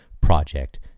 Project